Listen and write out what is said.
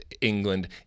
England